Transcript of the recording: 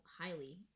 highly